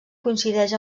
coincideix